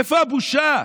איפה הבושה?